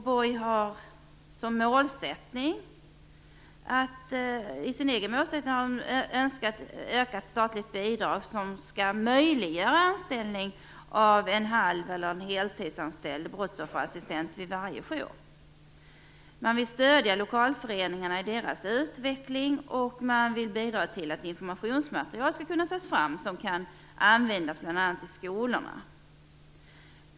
BOJ har önskat ökat statligt bidrag, som skall möjliggöra anställning av en halv eller en heltidsanställd brottsofferassistent vid varje jour. BOJ skall också stödja lokalföreningarna i deras utveckling, bidra till att informationsmaterial skall kunna tas fram för att bl.a. användas i skolorna.